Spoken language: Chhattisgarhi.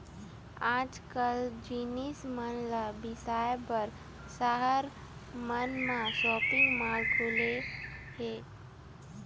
आजकाल जिनिस मन ल बिसाए बर सहर मन म सॉपिंग माल खुले हे